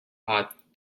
hot